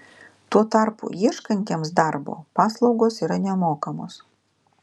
tuo tarpu ieškantiems darbo paslaugos yra nemokamos